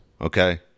okay